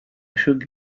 should